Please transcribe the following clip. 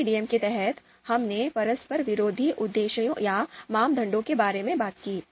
MCDM के तहत हमने परस्पर विरोधी उद्देश्यों या मानदंडों के बारे में बात की